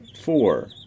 Four